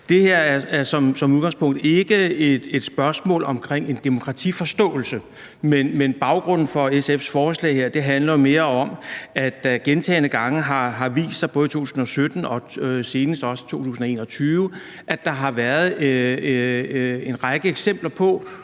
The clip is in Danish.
Det her er som udgangspunkt ikke et spørgsmål om en demokratiforståelse, men baggrunden for SF's forslag her handler mere om, at der gentagne gange har været, både i 2017 og senest også i 2021, en række eksempler på